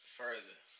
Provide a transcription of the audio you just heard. further